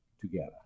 together